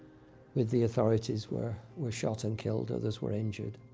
with the authorities, were were shot and killed others were injured.